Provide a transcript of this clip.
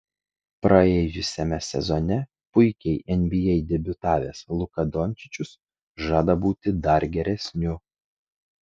praėjusiame sezone puikiai nba debiutavęs luka dončičius žada būti dar geresniu